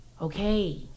Okay